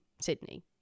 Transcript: Sydney